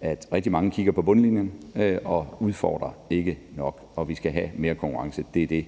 at rigtig mange kigger på bundlinjen og ikke udfordrer nok. Vi skal have mere konkurrence. Det er det,